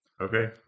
Okay